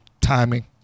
timing